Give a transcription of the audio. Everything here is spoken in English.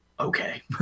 okay